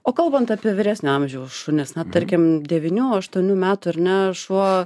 o kalbant apie vyresnio amžiaus šunis na tarkim devynių aštuonių metų ar ne šuo